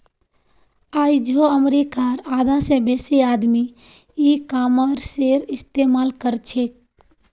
आइझो अमरीकार आधा स बेसी आबादी ई कॉमर्सेर इस्तेमाल करछेक